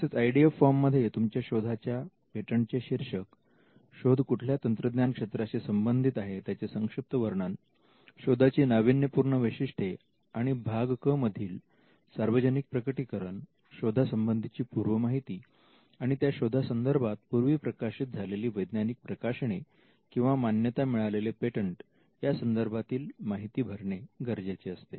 तसेच I D F form मध्ये तुमच्या शोधाच्या पेटंटचे शीर्षक शोध कुठल्या तंत्रज्ञान क्षेत्राशी संबंधित आहे त्याचे संक्षिप्त वर्णन शोधाची नाविन्यपूर्ण वैशिष्ट्ये आणि भाग क मधील सार्वजनिक प्रकटीकरण शोधा संबंधीची पूर्व माहिती आणि त्या शोधा संदर्भात पूर्वी प्रकाशित झालेली वैज्ञानिक प्रकाशने किंवा मान्यता मिळालेले पेटंट या संदर्भातील माहिती भरणे गरजेचे असते